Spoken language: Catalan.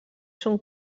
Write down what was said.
són